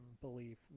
belief